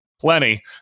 plenty